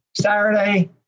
Saturday